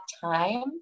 time